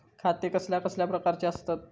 खाते कसल्या कसल्या प्रकारची असतत?